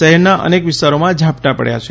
શહેરના અનેક વિસ્તારોમાં ઝાપટા પડયાં છે